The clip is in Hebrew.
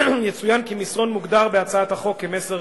יצוין כי מסרון מוגדר בהצעת החוק, "מסר